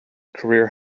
career